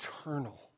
eternal